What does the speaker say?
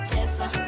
Tessa